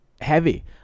heavy